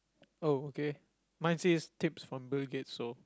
oh okay mine says tips from Bill-Gates so